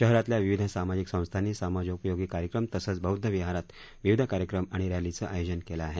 शहरातल्या विविध सामाजिक संस्थांनी समाजोपयोगी कार्यक्रम तसंच बौद्ध विहारात विविध कार्यक्रम आणि रॅलीचं आयोजन केलं आहे